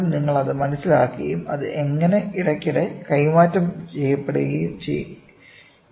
ആദ്യം നിങ്ങൾ അത് മനസിലാക്കുകയും അത് എങ്ങനെ ഇടയ്ക്കിടെ കൈമാറ്റം ചെയ്യപ്പെടുകയും ചെയ്യുന്നു